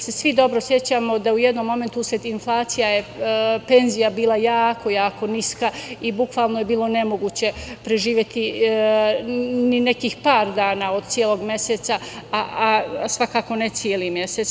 Svi se dobro sećamo da je u jednom momentu inflacija penzija bila jako niska i bukvalno je bilo nemoguće preživeti i nekih par dana od celog meseca, a svakako ne celi mesec.